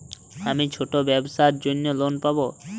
আমি ছোট ব্যবসার জন্য লোন পাব?